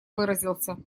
выразился